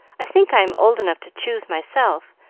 i think i am old enough to choose myself,